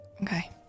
okay